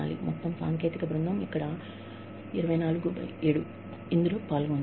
247 ఇక్కడ మొత్తం సాంకేతిక బృందం ఉంది